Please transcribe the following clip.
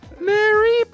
Mary